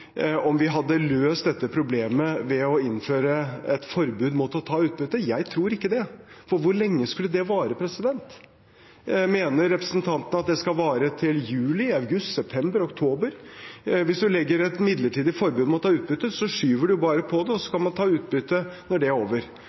vi hadde løst dette problemet ved å innføre et forbud mot å ta utbytte. Jeg tror ikke det. For hvor lenge skulle det vare? Mener representanten at det skal vare til juli, august, september, oktober? Hvis man legger et midlertidig forbud mot å ta utbytte, skyver man bare på det, og så kan man ta utbytte når det er over.